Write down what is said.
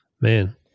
Man